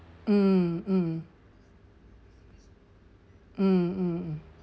mm mm mm mm mm